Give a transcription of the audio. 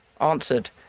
answered